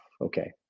Okay